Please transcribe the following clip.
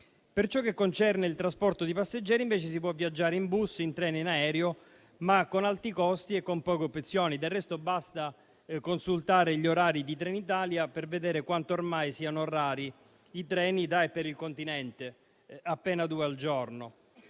Per ciò che concerne il trasporto di passeggeri, invece, si può viaggiare in bus, in treno e in aereo, ma con alti costi e con poche opzioni. Del resto, basta consultare gli orari di Trenitalia per vedere quanto ormai siano rari i treni da e per il continente: appena due al giorno.